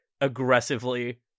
aggressively